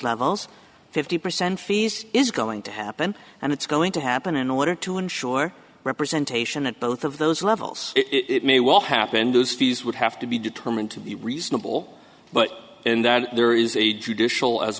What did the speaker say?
levels fifty percent fees is going to happen and it's going to happen in order to ensure representation at both of those levels it may well happen those fees would have to be determined to be reasonable but in that there is a